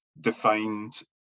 defined